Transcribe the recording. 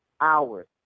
hours